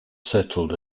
settled